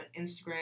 Instagram